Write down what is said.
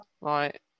right